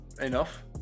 enough